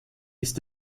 ist